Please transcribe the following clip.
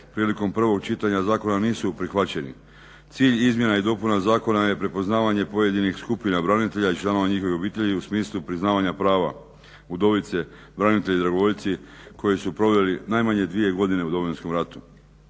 prilikom prvog čitanja zakona nisu prihvaćeni. Cilj izmjena i dopuna zakona je prepoznavanje pojedinih skupina branitelja i članova njihovih obitelji u smislu priznavanja prava udovice, branitelji, dragovoljci koji su proveli najmanje dvije godine u Domovinskom ratu.